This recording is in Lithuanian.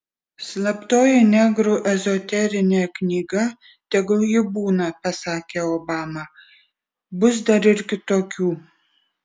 slaptoji negrų ezoterinė knyga tegul ji būna pasakė obama bus dar ir kitokių